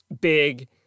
big